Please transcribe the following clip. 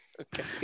Okay